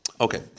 Okay